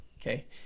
Okay